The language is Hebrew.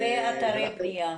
ובאתרי בנייה.